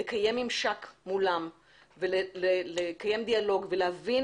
לקיים ממשק מולם ולקיים דיאלוג ולהבין